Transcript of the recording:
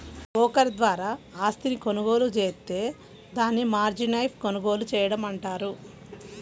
broker ద్వారా ఆస్తిని కొనుగోలు జేత్తే దాన్ని మార్జిన్పై కొనుగోలు చేయడం అంటారు